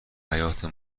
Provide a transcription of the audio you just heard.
حیاطه